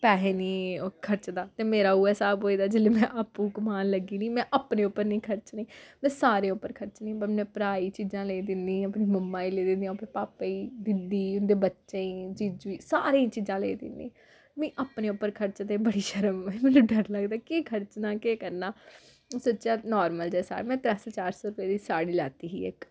पैहे निं ओह् खर्चदा ते मेरा उ'ऐ स्हाब होए दा जेल्लै में आपूं कमान लग्गी नि में अपने उप्पर निं खर्चनी में सारें उप्पर खर्चनी में अपने भ्राऽ गी चीजां लेई दिन्नी अपने मम्मा गी लेई दिन्नी आं अपने पापे गी दीदी उं'दे बच्चें गी जीजू सारें चीजां लेई दिन्नी मीं अपने उप्पर खर्चदे बड़ी शर्म मता डर लगदा केह् खर्चना केह् करना सोचेआ नार्मल जे साड़ी में त्रै सौ चार सौ रपेऽ दी साड़ी लैती ही इक